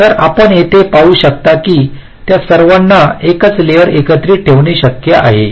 तर आपण येथे पाहू शकता की त्या सर्वांना एकाच लेअर एकत्र ठेवणे शक्य आहे